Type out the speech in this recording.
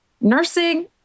Nursing